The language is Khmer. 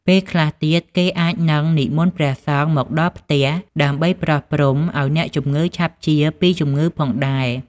ពេលខ្លះទៀត គេអាចនឹងនិមន្តព្រះសង្ឃមកដល់ផ្ទះដើម្បីប្រោសព្រំ ឱ្យអ្នកឈឺឆាប់ជាពីជម្ងឺផងដែរ។